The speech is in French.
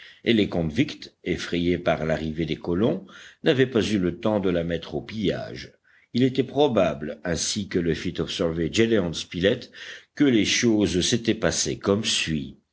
et les convicts effrayés par l'arrivée des colons n'avaient pas eu le temps de la mettre au pillage il était probable ainsi que le fit observer gédéon spilett que les choses s'étaient passées comme suit